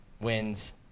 wins